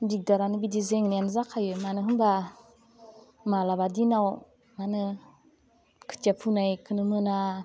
दिगदारानो बिदि जेंनायानो जाखायो मानो होनबा मालाबा दिनाव मा होनो खोथिया फुनायखोनो मोना